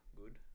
good